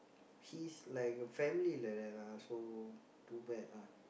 he's like a family like that ah so too bad lah